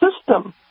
system